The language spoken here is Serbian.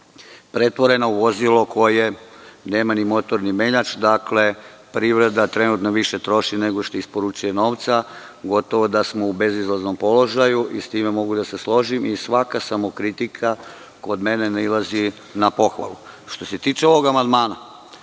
pretvorena u vozilo koje nema ni motor ni menjač. Dakle, trenutno privreda više troši nego što isporučuje novca i gotovo da smo u bezizlaznom položaju. Sa time mogu da se složim i svaka samokritika kod mene nailazi na pohvalu. Što se tiče ovog amandmana,